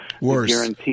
Worse